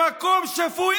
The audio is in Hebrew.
במקום שפוי,